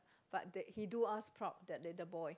but they he do us proud that little boy